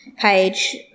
page